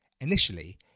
Initially